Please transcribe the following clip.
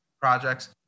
projects